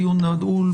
הדיון נעול.